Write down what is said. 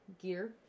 gear